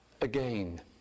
again